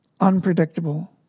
Unpredictable